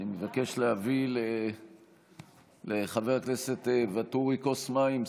אני מבקש להביא לחבר הכנסת ואטורי כוס מים.